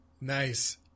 Nice